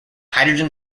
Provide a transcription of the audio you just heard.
hydrogen